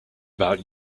about